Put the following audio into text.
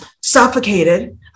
suffocated